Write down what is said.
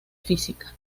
física